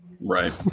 Right